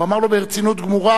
הוא אמר לו: ברצינות גמורה.